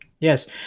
Yes